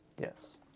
Yes